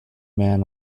man